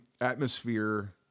atmosphere